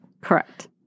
Correct